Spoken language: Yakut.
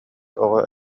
оҕо